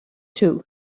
too